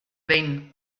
behin